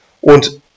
und